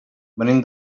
venim